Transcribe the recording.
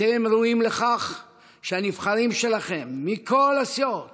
אתם ראויים לכך שהנבחרים שלכם מכל הסיעות